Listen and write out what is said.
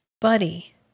Buddy